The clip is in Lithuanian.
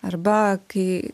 arba kai